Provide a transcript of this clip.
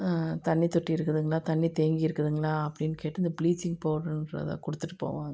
தண்ணி தொட்டி இருக்குதுங்களா தண்ணி தேங்கி இருக்குதுங்களா அப்படின்னு கேட்டு இந்த ப்ளீச்சிங் பவுட்ருன்றதை கொடுத்துட்டு போவாங்க